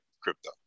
crypto